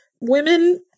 Women